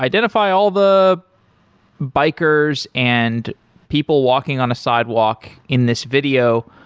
identify all the bikers and people walking on a sidewalk in this video.